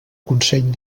consell